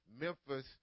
Memphis